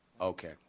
Okay